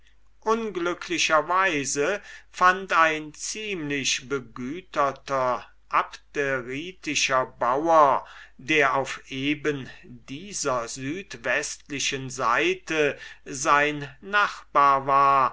unglücklicherweise fand ein ziemlich begüterter abderitischer bauer der auf eben dieser südwestlichen seite sein nachbar war